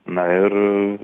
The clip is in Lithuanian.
na ir